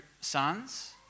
sons